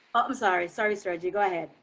i'm sorry, sorry sergi, go ahead.